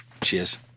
Cheers